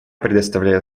предоставляю